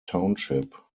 township